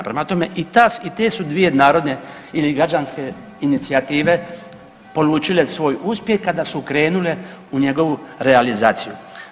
Prema tome, i te su dvije narodne ili građanske inicijative polučile svoj uspjeh kada su krenule u njegovu realizaciju.